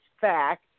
fact